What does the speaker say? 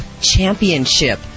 Championship